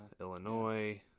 Illinois